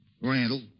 Randall